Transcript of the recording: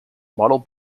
model